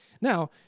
Now